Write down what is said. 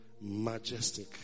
majestic